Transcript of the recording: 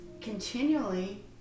continually